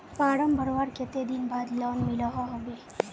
Form भरवार कते दिन बाद लोन मिलोहो होबे?